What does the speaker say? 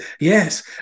Yes